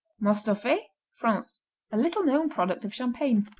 mostoffait france a little-known product of champagne.